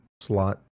slot